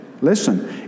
listen